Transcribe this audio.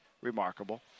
Remarkable